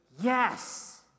Yes